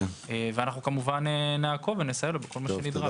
וכמובן נעקוב ונסייע לו בכל הנדרש.